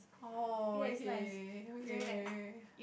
oh okay okay K K K K